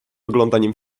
oglądaniem